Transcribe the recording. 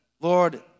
Lord